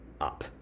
up